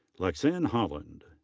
lexanne holland.